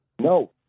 No